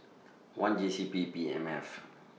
one J C P M F